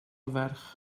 ferch